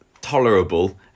tolerable